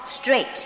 straight